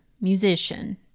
musician